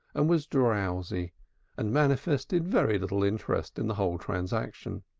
and was drowsy and manifested very little interest in the whole transaction.